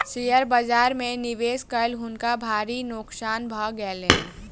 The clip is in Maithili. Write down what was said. शेयर बाजार में निवेश कय हुनका भारी नोकसान भ गेलैन